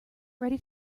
ready